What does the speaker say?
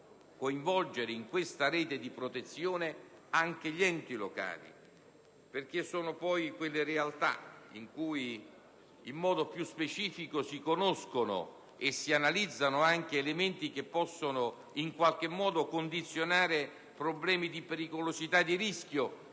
in questa rete di protezione anche gli enti locali, perché sono le realtà in cui in modo più specifico si conoscono e si analizzano elementi che possono condizionare problemi di pericolosità e di rischio,